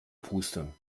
puste